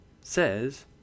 says